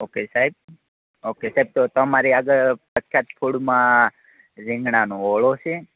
okay સાહેબ okay સાહેબ તો અમારી આગળ પ્રખ્યાત ફૂડમાં રીંગણાનો ઓળો છે